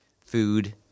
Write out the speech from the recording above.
food